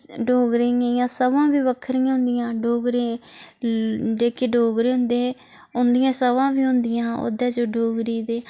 डोगरें दियां सभां बी बक्खरियां होंदियां डोगरे जेह्के डोगरे होंदे हे उंदियां सभां बी होंदियां हियां ओह्दे च डोगरी दे